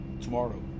tomorrow